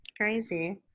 Crazy